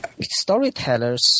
storytellers